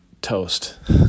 toast